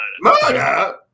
Murder